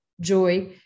joy